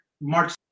March